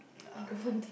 nah